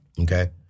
Okay